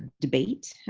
debate,